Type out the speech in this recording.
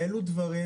אבל רגע,